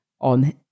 on